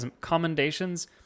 commendations